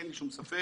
אין לי שום ספק,